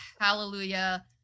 Hallelujah